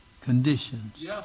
conditions